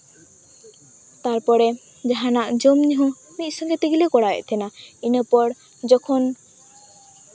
ᱛᱟᱨᱯᱚᱨᱮ ᱡᱟᱦᱟᱸᱱᱟᱜ ᱡᱚᱢ ᱧᱩ ᱦᱚᱸ ᱢᱤᱫ ᱥᱚᱸᱜᱮ ᱛᱮᱜᱮᱞᱮ ᱠᱚᱨᱟᱣᱮᱫ ᱛᱟᱦᱮᱸᱱᱟ ᱤᱱᱟᱹᱯᱚᱨ ᱡᱚᱠᱷᱚᱱ